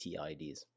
TIDs